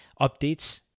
updates